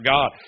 God